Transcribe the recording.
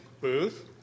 Booth